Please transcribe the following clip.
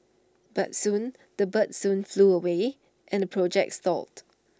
but soon the birds soon flew away and the project stalled